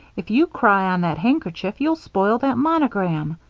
if you cry on that handkerchief you'll spoil that monogram.